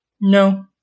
No